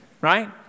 right